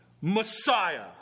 messiah